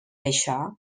això